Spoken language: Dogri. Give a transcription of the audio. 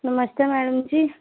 नमस्ते मैडम जी